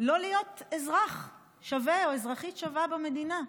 לא להיות אזרח שווה או אזרחית שווה במדינה,